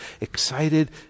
excited